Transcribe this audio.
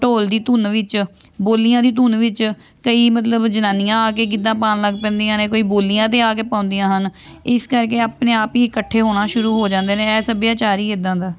ਢੋਲ ਦੀ ਧੁੰਨ ਵਿੱਚ ਬੋਲੀਆਂ ਦੀ ਧੁੰਨ ਵਿੱਚ ਕਈ ਮਤਲਬ ਜਨਾਨੀਆਂ ਆ ਕੇ ਗਿੱਧਾ ਪਾਉਣ ਲੱਗ ਪੈਂਦੀਆਂ ਨੇ ਕੋਈ ਬੋਲੀਆਂ 'ਤੇ ਆ ਕੇ ਪਾਉਂਦੀਆਂ ਹਨ ਇਸ ਕਰਕੇ ਆਪਣੇ ਆਪ ਹੀ ਇਕੱਠੇ ਹੋਣਾ ਸ਼ੁਰੂ ਹੋ ਜਾਂਦੇ ਨੇ ਇਹ ਸੱਭਿਆਚਾਰ ਹੀ ਇੱਦਾਂ ਦਾ